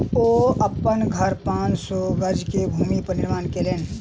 ओ अपन घर पांच सौ गज के भूमि पर निर्माण केलैन